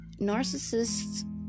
narcissists